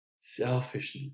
selfishness